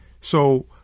So-